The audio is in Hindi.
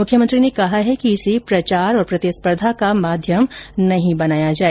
मुख्यमंत्री ने कहा है कि इसे प्रचार और प्रतिस्पर्द्वा का माध्यम न बनाया जाए